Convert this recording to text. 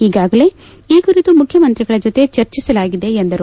ಈಗಾಗಲೇ ಈ ಕುರಿತು ಮುಖ್ಯಮಂತ್ರಿಗಳ ಜೊತೆ ಚರ್ಚಿಸಲಾಗಿದೆ ಎಂದರು